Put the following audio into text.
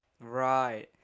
Right